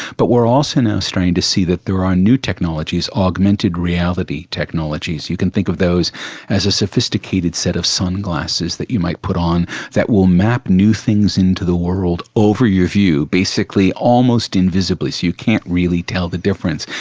but we are also now starting to see that there are new technologies, augmented reality technologies, you can think of those as a sophisticated set of sunglasses that you might put on that will map new things into the world over your view, basically almost invisibly, so you can't really tell the difference,